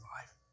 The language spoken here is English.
life